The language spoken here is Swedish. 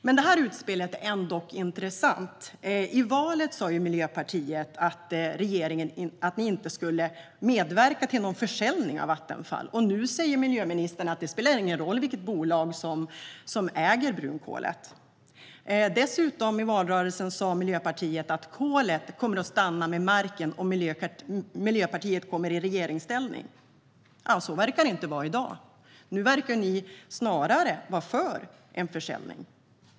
Men det här utspelet är ändock intressant. I valrörelsen sa ju Miljöpartiet att ni inte skulle medverka till någon försäljning av Vattenfall. Nu säger miljöministern att det inte spelar någon roll vilket bolag som äger brunkolet. I valrörelsen sa Miljöpartiet dessutom att kolet kommer att stanna i marken om Miljöpartiet kommer i regeringsställning. Men så verkar det inte vara i dag. Nu verkar ni snarare vara för en försäljning.